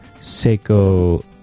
Seiko